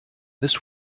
this